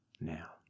now